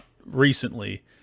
recently